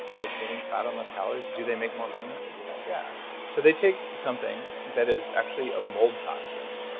they're getting fat on those calories? do they make more money if they do that? yeah so they take something that is actually ah mold toxin.